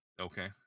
okay